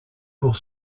pour